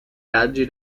raggi